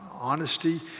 honesty